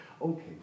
Okay